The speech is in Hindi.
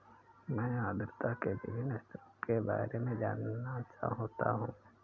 मैं आर्द्रता के विभिन्न स्तरों के बारे में जानना चाहता हूं